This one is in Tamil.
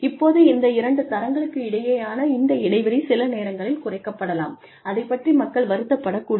இப்போது இந்த இரண்டு தரங்களுக்கிடையேயான இந்த இடைவெளி சில நேரங்களில் குறைக்கப்படலாம் அதைப் பற்றி மக்கள் வருத்தப்படக்கூடாது